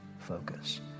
focus